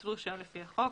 לביטול רישיון לפי חוק.